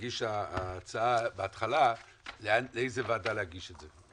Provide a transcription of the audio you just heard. מגיש ההצעה בהתחלה לאיזה ועדה להגיש את זה.